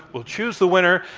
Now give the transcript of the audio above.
will choose the winner.